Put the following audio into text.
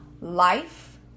Life